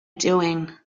doing